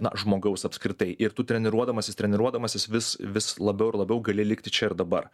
na žmogaus apskritai ir tu treniruodamasis treniruodamasis vis vis labiau ir labiau gali likti čia ir dabar